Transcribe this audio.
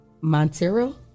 Montero